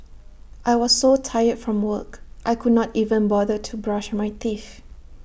I was so tired from work I could not even bother to brush my teeth